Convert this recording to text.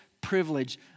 privilege